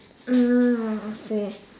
hmm okay